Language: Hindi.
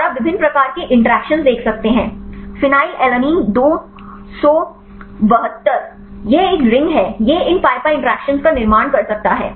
और आप विभिन्न प्रकार के इंटरैक्शन देख सकते हैं आप हाइड्रोजन बांड देख सकते हैं आप हाइड्रोफोबिक इंटरैक्शन देख सकते हैं फेनिलएलनिन 272 यह एक अंगूठी है यह इन pi pi इंटरैक्शन का निर्माण कर सकता है